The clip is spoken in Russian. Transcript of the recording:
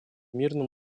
мирном